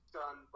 done